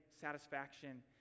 satisfaction